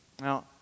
Now